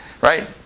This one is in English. right